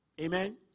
Amen